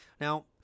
now